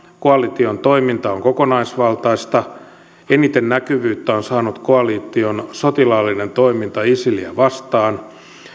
koalition toiminta on on kokonaisvaltaista ja eniten näkyvyyttä on saanut koalition sotilaallinen toiminta isiliä vastaan